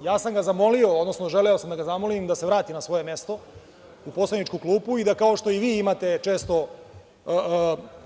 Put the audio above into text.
Zamolio sam ga, odnosno želeo sam da ga zamolim da se vrati na svoje mesto, u poslaničku klupu, i da kao što i vi imate često